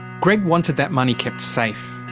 greg wanted that money kept safe.